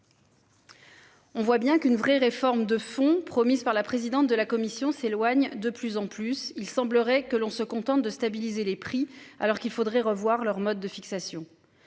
On voit bien qu'une vraie réforme de fond promise par la présidente de la Commission s'éloigne de plus en plus, il semblerait que l'on se contente de stabiliser les prix alors qu'il faudrait revoir leur mode de fixation.